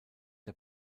der